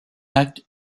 acte